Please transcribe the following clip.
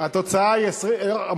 אבל